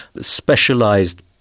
specialized